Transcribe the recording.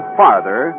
farther